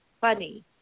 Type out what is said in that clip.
funny